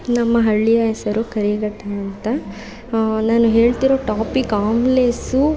ನಮ್ಮ ಹಳ್ಳಿಯ ಹೆಸರು ಕರಿಘಟ್ಟ ಅಂತ ನಾನು ಹೇಳ್ತೀರೋ ಟಾಪಿಕ್ ಆಂಬ್ಲೆಸು